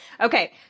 Okay